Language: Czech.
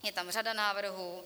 Je tam řada návrhů.